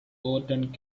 overturned